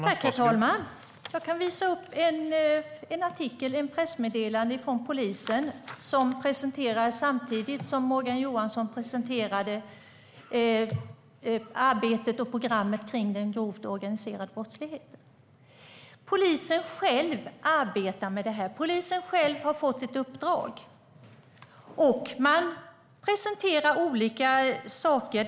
Herr talman! Jag kan visa upp ett pressmeddelande från polisen - jag har det här. Det presenterades samtidigt som Morgan Johansson presenterade arbetet kring och programmet mot den grova organiserade brottsligheten. Polisen själv arbetar med detta. Polisen har själv fått ett uppdrag, och man presenterar olika saker.